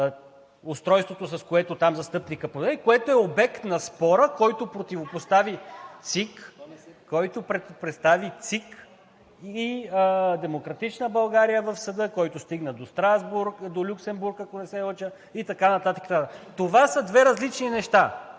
устройството, с което там застъпникът подаде, което е обект на спора, който противопостави ЦИК и „Демократична България“ в съда, който стигна до Люксембург, ако не се лъжа, и така нататък. Това са две различни неща.